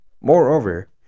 Moreover